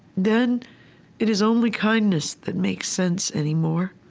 then it is only kindness that makes sense anymore